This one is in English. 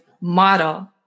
model